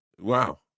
Wow